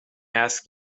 ask